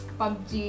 pubg